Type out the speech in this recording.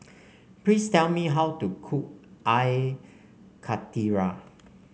please tell me how to cook I Karthira